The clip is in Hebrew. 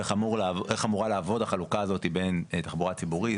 איך אמורה לעבוד החלוקה הזאת בין תחבורה ציבורית,